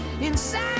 inside